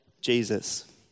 Jesus